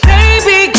Baby